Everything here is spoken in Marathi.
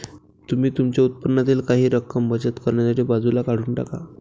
तुम्ही तुमच्या उत्पन्नातील काही रक्कम बचत करण्यासाठी बाजूला काढून टाका